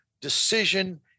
decision